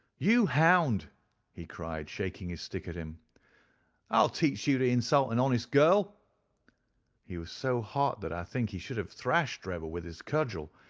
you hound he cried, shaking his stick at him i'll teach you to insult an honest girl he was so hot that i think he would have thrashed drebber with his cudgel,